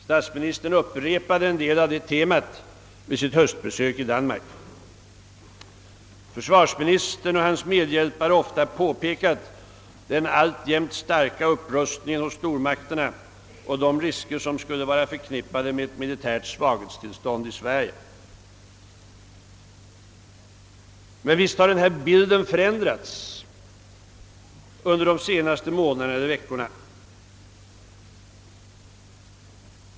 Statsministern upprepade en del av detta tema vid sitt höstbesök i Danmark. Försvarsministern och hans medhjälpare har ofta påpekat den alltjämt starka upprustningen hos stormakterna och de risker som skulle vara förknippade med ett militärt svaghetstillstånd i Sverige. Men nu har bilden förändrats under de senaste månaderna eller veckorna.